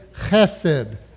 chesed